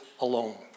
alone